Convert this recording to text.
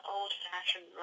old-fashioned